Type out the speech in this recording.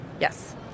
Yes